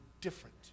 different